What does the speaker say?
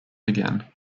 again